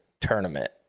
tournament